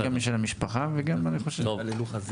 בוקר טוב לכולם, כבוד